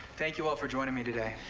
thank you all for joining me today.